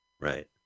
right